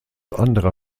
anderer